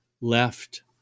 left